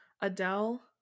Adele